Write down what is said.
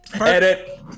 Edit